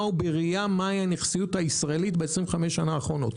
ובראייה מה היא הנכסיות הישראלית בעשרים וחמש שנה האחרונות.